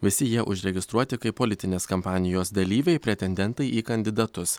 visi jie užregistruoti kaip politinės kampanijos dalyviai pretendentai į kandidatus